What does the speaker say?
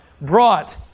brought